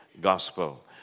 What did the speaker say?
gospel